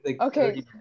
okay